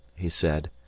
he said.